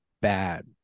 bad